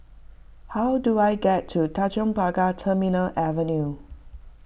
how do I get to Tanjong Pagar Terminal Avenue